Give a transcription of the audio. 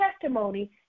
testimony